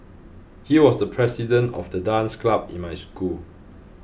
he was the president of the dance club in my school